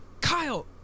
Kyle